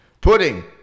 Pudding